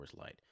Light